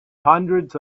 hundreds